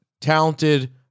talented